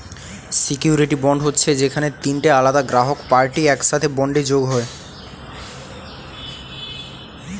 surety bond হচ্ছে যেখানে তিনটে আলাদা গ্রাহক পার্টি একসাথে বন্ডে যোগ হয়